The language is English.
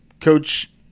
Coach